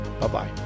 Bye-bye